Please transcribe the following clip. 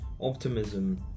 optimism